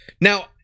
Now